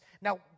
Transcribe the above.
Now